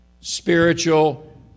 spiritual